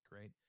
right